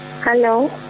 Hello